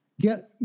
Get